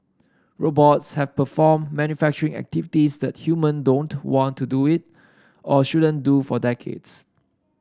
robots have performed manufacturing activities that human don't want to do it or shouldn't do for decades